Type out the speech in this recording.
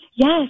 Yes